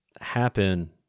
happen